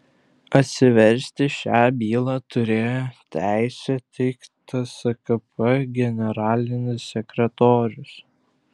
atsiversti šią bylą turėjo teisę tik tskp generalinis sekretorius